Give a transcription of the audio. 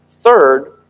Third